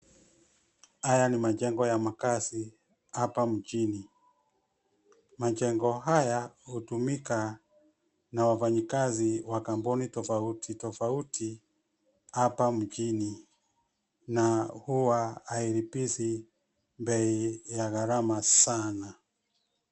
Haya ni majengo ya makaazi hapa mjini. Majengo haya hutumika na wafanyikazi wa kampuni tofauti tofauti hapa mjini na huwa hailipishi bei ya gharama sana.